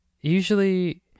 usually